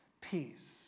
peace